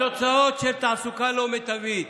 בתוצאות של תעסוקה לא מיטבית.